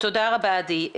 תודה רבה עדי.